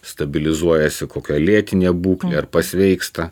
stabilizuojasi kokia lėtinė būklė ar pasveiksta